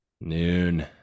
Noon